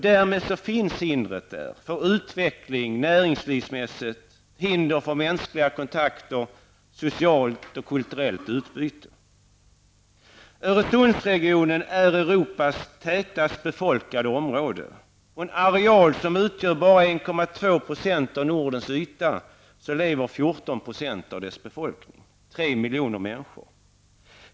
Därmed finns hindret där för utveckling näringslivsmässigt, ett hinder för mänskliga kontakter, socialt och kulturellt utbyte. Öresundsregionen är Europas tätast befolkade område. På en areal som utgör bara 1,2 % av miljoner människor.